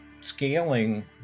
scaling